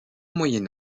moyen